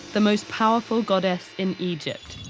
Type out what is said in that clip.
the most powerful goddess in egypt.